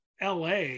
LA